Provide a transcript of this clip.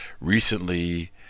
recently